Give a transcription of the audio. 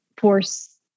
force